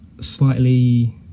slightly